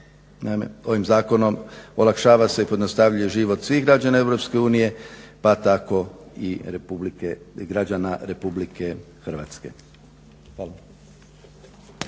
ovim zakonom se olakšava i pojednostavljuje život svih građana EU pa tako i građana RH. Hvala.